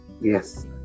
yes